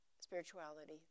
spirituality